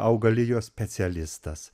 augalijos specialistas